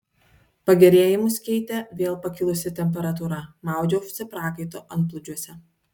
pagerėjimus keitė vėl pakilusi temperatūra maudžiausi prakaito antplūdžiuose